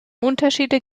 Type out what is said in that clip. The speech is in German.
unterschiede